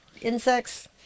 insects